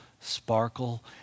sparkle